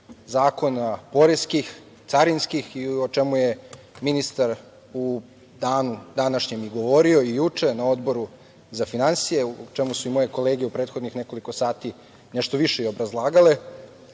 zakona poreskih, carinskih, o čemu je ministar u danu današnjem i govorio i juče na Odboru za finansije, o čemu su i moje kolege u prethodnih nekoliko sati nešto više i obrazlagale. Ono